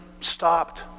stopped